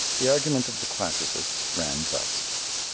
the argument of the classicists ran thus.